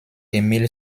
émile